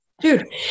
Dude